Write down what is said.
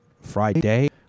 Friday